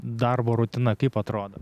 darbo rutina kaip atrodo